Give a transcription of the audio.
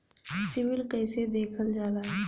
CIBIL कैसे देखल जाला?